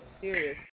serious